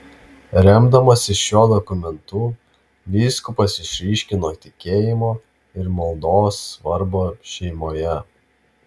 remdamasis šiuo dokumentu vyskupas išryškino tikėjimo ir maldos svarbą šeimoje